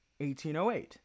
1808